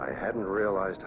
i hadn't realized